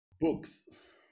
Books